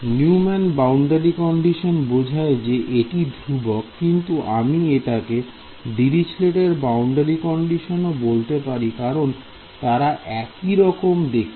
Neumann boundary condition বোঝায় যে এটি ধ্রুবক কিন্তু আমি এটাকে দিরিচলেট এর boundary condition Dirichlet's boundary condition ও বলতে পারি কারণ তারা একই রকম দেখতে